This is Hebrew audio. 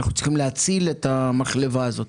אנחנו צריכים להציל את המחלבה הזאת.